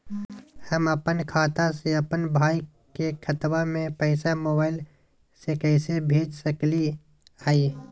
हम अपन खाता से अपन भाई के खतवा में पैसा मोबाईल से कैसे भेज सकली हई?